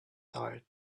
tired